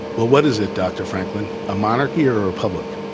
well, what is it, doctor franklin, a monarchy or a republic?